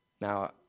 Now